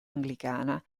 anglicana